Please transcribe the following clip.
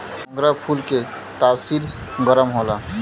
मोगरा फूल के तासीर गरम होला